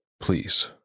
please